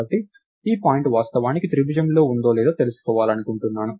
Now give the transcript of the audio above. కాబట్టి ఈ పాయింట్ వాస్తవానికి త్రిభుజంలో ఉందో లేదో తెలుసుకోవాలనుకుంటున్నాను